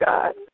God